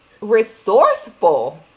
resourceful